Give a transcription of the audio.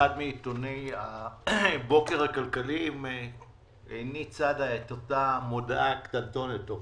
באחד מעיתוני הבוקר הכלכליים עיני צדה את אותה מודעה קטנטונת או